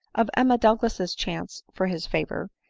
of emma douglas's chance for his favor,